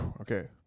okay